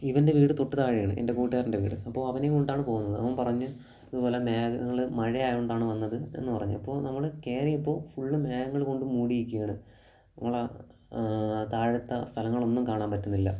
ഇവൻ്റെ വീട് തൊട്ടു താഴെയാണ് എൻ്റെ കൂട്ടുകാരൻ്റെ വീട് അപ്പോൾ അവനേയും കൊണ്ടാണ് പോകുന്നത് അപ്പോൾ അവൻ പറഞ്ഞു ഇതുപോലെ മേഘങ്ങൾ മഴയായതുകൊണ്ടാണ് വന്നത് എന്ന് പറഞ്ഞു അപ്പോൾ നമ്മൾ കയറിയപ്പോൾ ഫുള്ള് മേഘങ്ങൾകൊണ്ട് മൂടിയിരിക്കുകയാണ് നമ്മളെ താഴത്തെ സ്ഥലങ്ങളൊന്നും കാണാൻ പറ്റുന്നില്ല